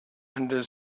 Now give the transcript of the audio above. under